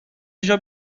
اینجا